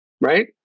Right